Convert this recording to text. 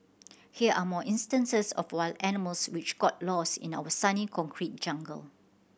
here are more instances of wild animals which got lost in our sunny concrete jungle